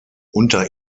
unter